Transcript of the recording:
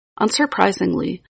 Unsurprisingly